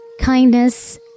kindness